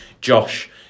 Josh